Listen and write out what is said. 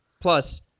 Plus